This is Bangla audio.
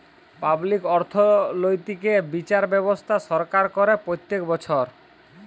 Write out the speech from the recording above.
পাবলিক অর্থনৈতিক্যে বিচার ব্যবস্থা সরকার করে প্রত্যক বচ্ছর